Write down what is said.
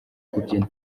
kubyina